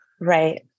Right